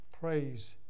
praise